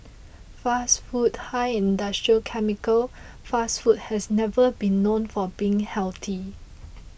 fast food high in industrial chemical fast food has never been known for being healthy